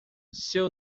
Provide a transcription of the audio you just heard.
seu